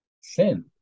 Sin